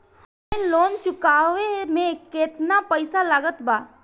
Online loan चुकवले मे केतना पईसा लागत बा?